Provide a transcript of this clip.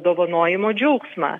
dovanojimo džiaugsmą